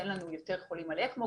אין לנו יותר חולים על אקמו.